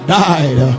died